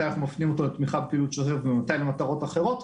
מתי אנחנו מפנים אותו לתמיכת בפעילות ומתי למטרות אחרות,